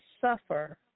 suffer